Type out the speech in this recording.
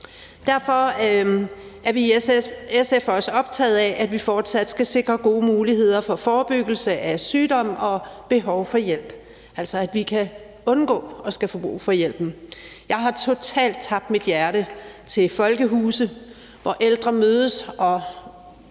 Derfor er vi i SF også optaget af, at vi fortsat skal sikre gode muligheder for forebyggelse af sygdom og for at forebygge, at der opstår et behov for hjælp, altså at vi kan undgå at nogle skulle få brug for hjælp. Jeg har totalt tabt mit hjerte til folkehusene, hvor ældre mødes og